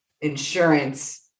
insurance